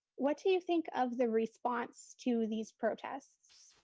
what do you think of the response to these protests?